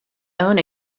own